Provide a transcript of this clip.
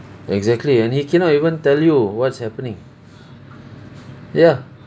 exactly and he cannot even tell you what's happening ya